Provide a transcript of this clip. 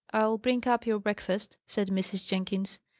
i'll bring up your breakfast, said mrs. jenkins.